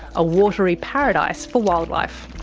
a watery paradise for wildlife.